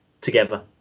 together